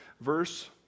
verse